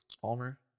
Palmer